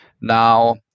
Now